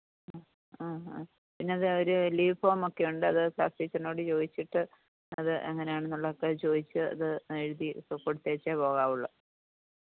ആ അ അ പിന്നെ അതൊരു ലീവ് ഫോം ഒക്കെയുണ്ട് അത് ക്ലാസ് ടീച്ചറിനോട് ചോദിച്ചിട്ട് അത് എങ്ങനെയാണെന്നുള്ളത് ഒക്കെ ചോദിച്ച് അത് എഴുതി ഒക്കെ കൊടുത്തേച്ചെ പോകാവുള്ളൂ